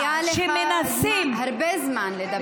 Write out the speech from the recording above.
היה לך הרבה זמן לדבר.